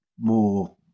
more